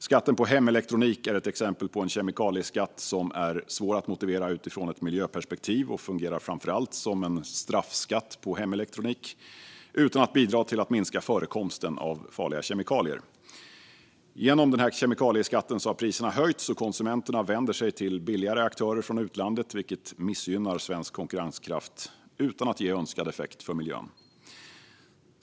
Skatten på hemelektronik är ett exempel på en kemikalieskatt som är svår att motivera utifrån ett miljöperspektiv. Den fungerar framför allt som en straffskatt på hemelektronik utan att bidra till att minska förekomsten av farliga kemikalier. Genom denna kemikalieskatt har priserna höjts, och konsumenterna vänder sig nu till billigare aktörer från utlandet, vilket missgynnar svensk konkurrenskraft utan att ge önskad effekt för miljön.